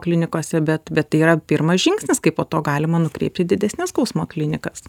klinikose bet bet tai yra pirmas žingsnis kai po to galima nukreipti didesnes skausmo klinikas